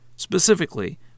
specifically